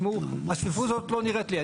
תשמעו זה לא נראה לי,